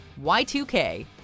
Y2K